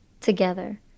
together